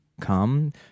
come